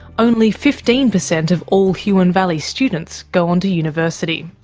only fifteen percent of all huon valley students go on to university.